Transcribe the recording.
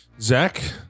zach